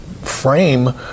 frame